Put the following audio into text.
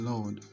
Lord